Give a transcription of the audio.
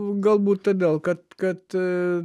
galbūt todėl kad kad